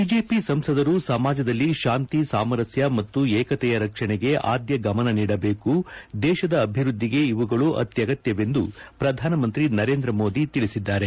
BJP ಸಂಸದರು ಸಮಾಜದಲ್ಲಿ ಶಾಂತಿ ಸಾಮರಸ್ಯ ಮತ್ತು ಏಕತೆಯ ರಕ್ಷಣೆಗೆ ಆದ್ಯ ಗಮನ ನೀಡಬೇಕು ದೇಶದ ಅಭಿವೃದ್ದಿಗೆ ಇವುಗಳು ಅತ್ಯಗತ್ಯವೆಂದು ಪ್ರಧಾನಮಂತ್ರಿ ನರೇಂದ್ರ ಮೋದಿ ತಿಳಿಸಿದ್ದಾರೆ